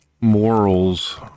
morals